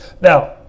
Now